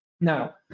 Now